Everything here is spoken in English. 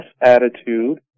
attitude